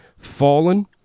fallen